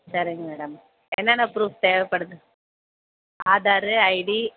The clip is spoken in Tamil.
சரிங்க மேடம் என்னென்ன ப்ரூஃப் தேவைப்படுது ஆதாரு ஐடி